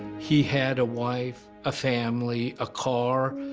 he had a wife, a family, a car,